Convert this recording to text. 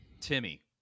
Timmy